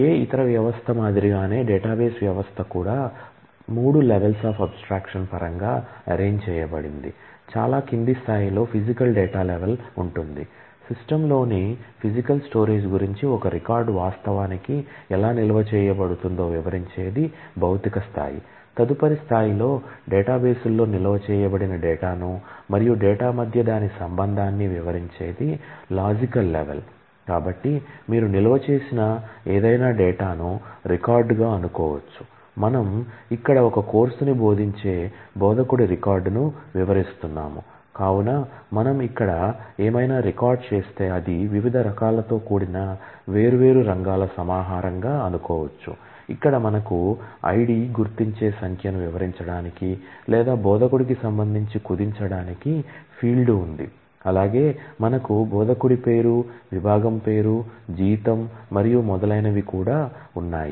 ఏ ఇతర వ్యవస్థ మాదిరిగానే డేటాబేస్ వ్యవస్థ కూడా మూడు లెవెల్స్ అఫ్ అబ్స్ట్రాక్షన్ గుర్తించే సంఖ్యను వివరించడానికి లేదా బోధకుడికి సంబంధించి కుదించడానికి ఫీల్డ్ ఉంది అలాగే మనకు బోధకుడి పేరు విభాగం పేరు జీతం మరియు మొదలైనవి కూడా ఉన్నాయి